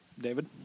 David